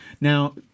Now